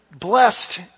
Blessed